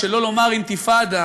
שלא לומר אינתיפאדה,